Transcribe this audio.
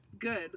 good